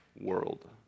world